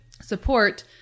support